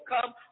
come